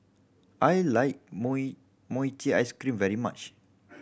I like mochi ice cream very much